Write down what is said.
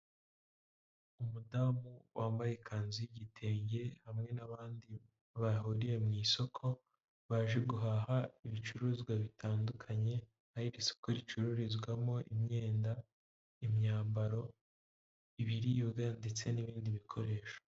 Umudamu wambaye ikanzu y'igitenge hamwe n'abandi bahuriye mu isoko, baje guhaha ibicuruzwa bitandukanye, aho iri soko ricururizwamo imyenda, imyambaro, ibiribwa ndetse n'ibindi bikoresho.